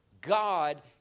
God